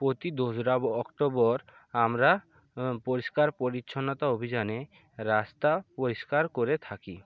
প্রতি দোসরা অক্টোবর আমরা পরিষ্কার পরিচ্ছন্নতা অভিযানে রাস্তা পরিষ্কার করে থাকি